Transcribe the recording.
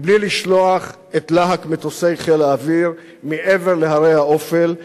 בלי לשלוח את להק מטוסי חיל האוויר מעבר להרי האופל,